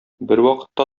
бервакытта